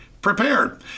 prepared